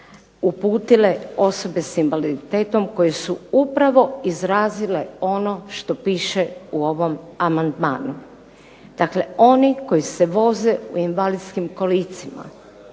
uputile osobe sa invaliditetom koje su upravo izrazile ono što piše u ovom amandmanu. Dakle, oni koji se voze u invalidskim kolicima,